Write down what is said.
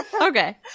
Okay